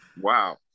wow